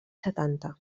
setanta